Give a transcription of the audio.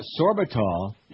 Sorbitol